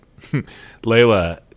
Layla